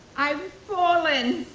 i've fallen,